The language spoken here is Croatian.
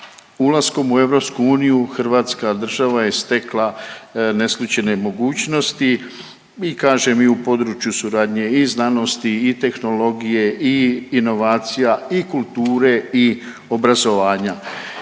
ulaskom u EU hrvatska država je stekla neslućene mogućnosti i kažem i u području suradnje i znanosti i tehnologije i inovacija i kulture i obrazovanja.